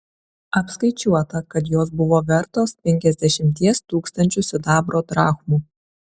apskaičiuota kad jos buvo vertos penkiasdešimties tūkstančių sidabro drachmų